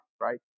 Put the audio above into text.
right